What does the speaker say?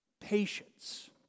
Patience